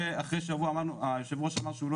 ואחרי שבוע יושב הראש אמר שהוא לא